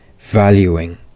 valuing